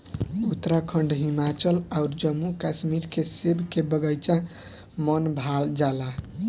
उत्तराखंड, हिमाचल अउर जम्मू कश्मीर के सेब के बगाइचा मन भा जाला